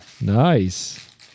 Nice